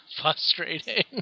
Frustrating